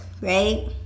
right